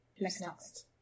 Next